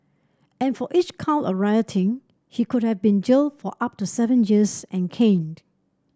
and for each count of rioting he could have been jailed for up to seven years and caned